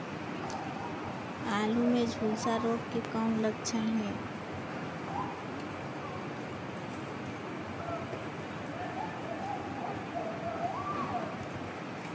आलू मे झुलसा रोग के कौन लक्षण हे?